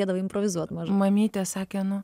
pradėdavai improvizuoti mamytė sakė nu